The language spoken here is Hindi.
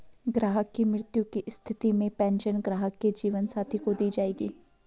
ग्राहक की मृत्यु की स्थिति में पेंशन ग्राहक के जीवन साथी को दी जायेगी